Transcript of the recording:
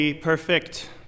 perfect